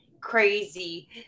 crazy